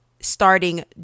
starting